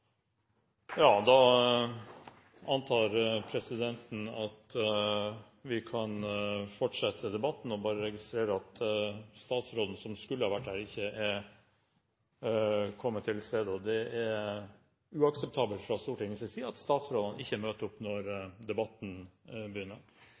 Da antar presidenten at vi kan fortsette debatten, men registrerer at statsråden som skulle ha vært her, ikke er kommet til stede. Det er uakseptabelt fra Stortingets side at statsråder ikke møter opp når